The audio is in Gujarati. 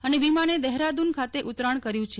અને વિમાને દહેરાદ્વન ખાતે ઉતરાણ કર્યું છે